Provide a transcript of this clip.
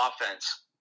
offense